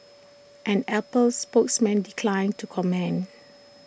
an Apple spokesman declined to comment